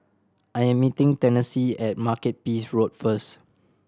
I am meeting Tennessee at Makepeace Road first